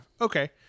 Okay